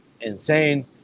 insane